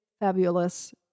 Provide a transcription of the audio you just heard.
fabulous